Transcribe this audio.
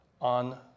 on